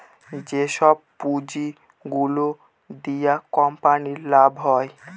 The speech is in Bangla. যেসব পুঁজি গুলো দিয়া কোম্পানির লাভ হয়